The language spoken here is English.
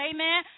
Amen